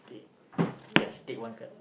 okay just take one card